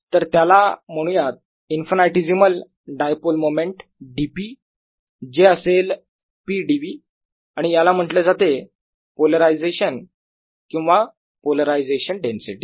तर त्याला म्हणूयात इन्फायनिटिझिमल डायपोल मोमेंट dP जे असेल P dv आणि याला म्हटले जाते पोलरायझेशन किंवा पोलरायझेशन डेन्सिटी